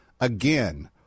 again